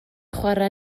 chwarae